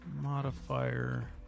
modifier